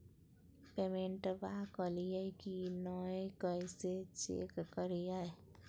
पेमेंटबा कलिए की नय, कैसे चेक करिए?